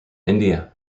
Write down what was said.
india